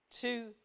Two